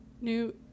New